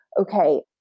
okay